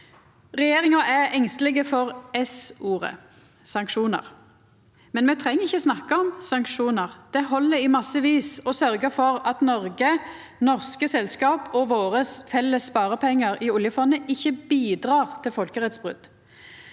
Regjeringa er engsteleg for s-ordet – sanksjonar – men me treng ikkje snakka om sanksjonar. Det held i massevis å sørgja for at Noreg, norske selskap og våre felles sparepengar i oljefondet ikkje bidrar til folkerettsbrot.